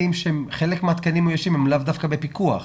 חלק מההתקנים המאוישים הם לאו דווקא בפיקוח.